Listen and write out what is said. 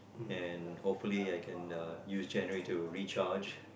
and hopefully I can uh use January to recharge